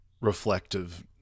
reflective